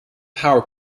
power